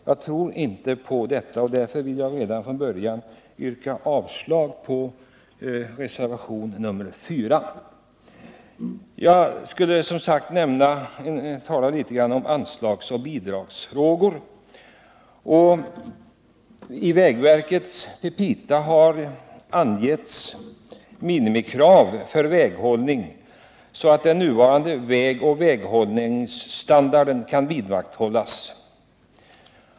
Jag tror inte på detta system, och därför vill jag redan från början yrka avslag på reservationen 4. Jag skulle som sagt tala något om anslagsoch bidragsfrågorna. I vägverkets petita har angivits minimikrav för väghållningen, innebärande att den nuvarande vägoch väghållningsstandarden kan vidmakthållas.